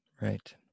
right